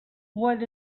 what